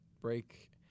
break